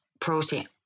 protein